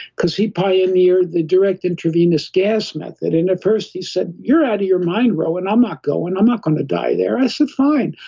because he pioneered the direct intravenous gas method and first, he said, you're out of your mind, rowen. i'm not going, i'm not going to die there. i said, fine,